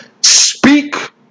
speak